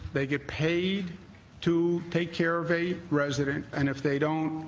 they get paid to take care of a resident, and if they don't,